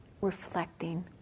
reflecting